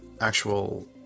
actual